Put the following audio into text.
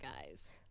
guys